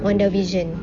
wonder vision